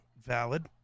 Valid